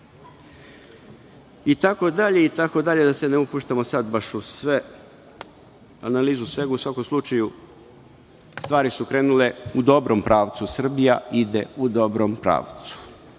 tako dalje, i tako dalje, da se ne upuštamo sad baš u sve, u analizu svega. U svakom slučaju, stvari su krenule u dobrom pravcu. Srbija ide u dobrom pravcu.